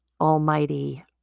almighty